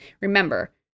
Remember